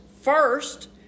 first